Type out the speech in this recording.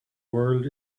world